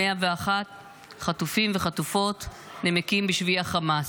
101 חטופים וחטופות נמקים בשבי החמאס.